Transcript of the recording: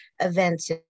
events